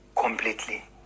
completely